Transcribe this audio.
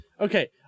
okay